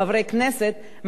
חברי כנסת,